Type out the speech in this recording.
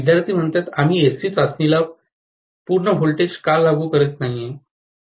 विद्यार्थीः आम्ही एससी चाचणीला पूर्ण व्होल्टेज का लागू करू शकत नाही